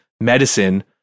medicine